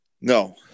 No